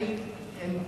האם הם מוחרמים,